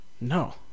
No